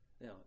Now